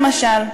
למשל,